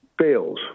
fails